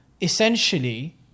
essentially